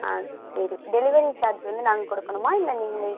ஆ சரி delivery charge வந்து நாங்கள் கொடுக்கணுமா இல்லை நீங்களே